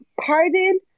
pardon